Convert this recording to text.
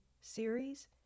series